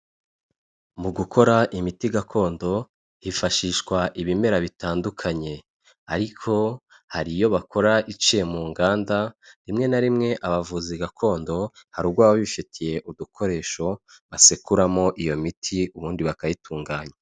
Mu gukora imiti gakondo hifashishwa ibimera bitandukanye ariko hari iyo bakoraiye mu nganda rimwe na rimwe abavuzi gakondo hari ubwo baba bifitiye udukoresho basekuramo iyo miti ubundi bakayitunganya.